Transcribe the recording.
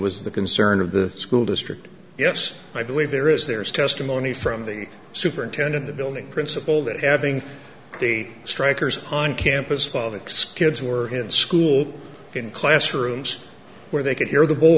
was the concern of the school district yes i believe there is there is testimony from the superintendent the building principal that having the strikers on campus politics kids were in school in classrooms where they could hear the b